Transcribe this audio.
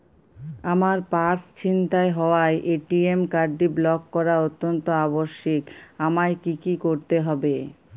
আমার পার্স ছিনতাই হওয়ায় এ.টি.এম কার্ডটি ব্লক করা অত্যন্ত আবশ্যিক আমায় কী কী করতে হবে?